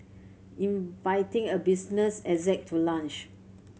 inviting a business exec to lunch